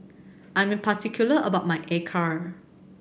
I'm particular about my acar